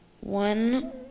one